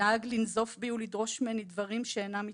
נהג לנזוף בי ולדרוש ממני דברים שאינם מתפקידי.